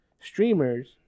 streamers